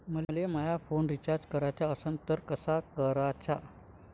मले माया phone recharge कराचा असन तर कसा कराचा?